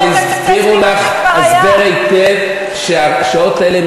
אבל הסבירו לך הסבר היטב שעל השעות האלה הם